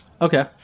Okay